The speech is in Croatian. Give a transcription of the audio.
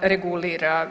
regulira.